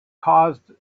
caused